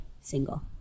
single